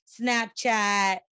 Snapchat